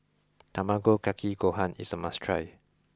Tamago Kake Gohan is a must try